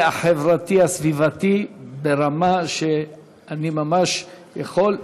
החברתי הסביבתי ברמה שאני ממש יכול,